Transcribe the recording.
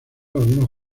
algunos